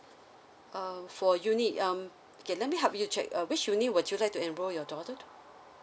uh for uni um okay let me help you check uh which uni would you like to enrol your daughter to